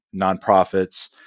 nonprofits